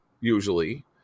usually